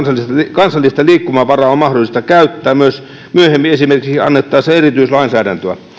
kansallista liikkumavaraa on mahdollista käyttää myös myöhemmin esimerkiksi annettaessa erityislainsäädäntöä